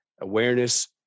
awareness